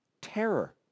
Terror